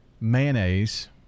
mayonnaise